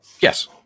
Yes